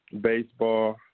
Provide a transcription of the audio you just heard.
baseball